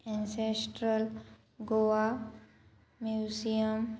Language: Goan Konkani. ancestral Goa museum